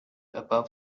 above